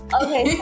okay